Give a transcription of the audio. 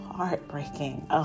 Heartbreaking